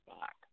back